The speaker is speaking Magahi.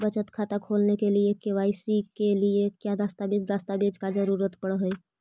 बचत खाता खोलने के लिए और के.वाई.सी के लिए का क्या दस्तावेज़ दस्तावेज़ का जरूरत पड़ हैं?